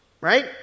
right